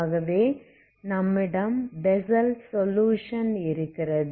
ஆகவே நம்மிடம் Bessel solution இருக்கிறது